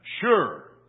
sure